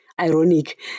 ironic